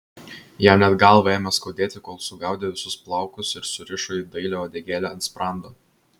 jam net galvą ėmė skaudėti kol sugaudė visus plaukus ir surišo į dailią uodegėlę ant sprando